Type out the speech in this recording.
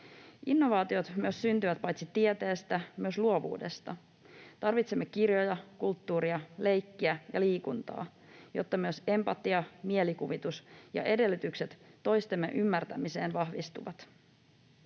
Innovaatiot myös syntyvät paitsi tieteestä myös luovuudesta. Tarvitsemme kirjoja, kulttuuria, leikkiä ja liikuntaa, jotta myös empatia, mielikuvitus ja edellytykset toistemme ymmärtämiseen vahvistuvat.